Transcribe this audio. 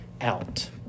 out